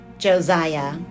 Josiah